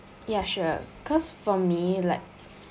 ya sure cause for me like